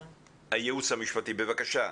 המשרד, בבקשה.